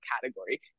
category